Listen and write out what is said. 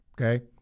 Okay